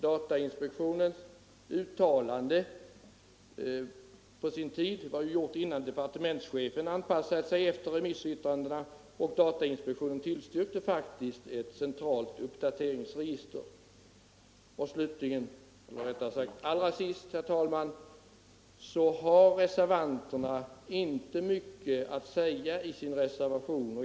Datainspektionens uttalande på sin tid gjordes ju innan departementschefen hade anpassat sig efter remissyttrandena. Datainspektionen tillstyrkte faktiskt ett centralt uppdateringsregister. Herr talman! Reservanterna har inte mycket att säga i sin reservation.